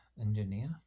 engineer